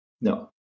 No